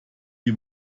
die